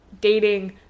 dating